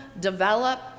develop